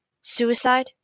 suicide